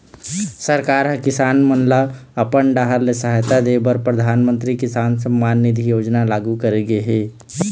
सरकार ह किसान मन ल अपन डाहर ले सहायता दे बर परधानमंतरी किसान सम्मान निधि योजना लागू करे गे हे